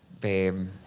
babe